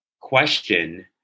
question